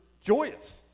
joyous